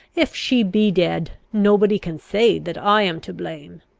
if she be dead, nobody can say that i am to blame!